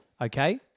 Okay